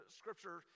scripture